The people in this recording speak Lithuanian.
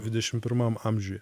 dvidešim pirmam amžiuje